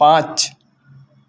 पाँच